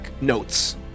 notes